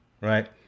right